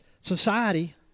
society